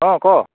অঁ ক